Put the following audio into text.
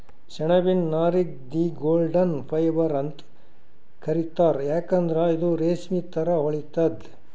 ಸೆಣಬಿನ್ ನಾರಿಗ್ the golden fibre ಅಂತ್ ಕರಿತಾರ್ ಯಾಕಂದ್ರ್ ಇದು ರೇಶ್ಮಿ ಥರಾ ಹೊಳಿತದ್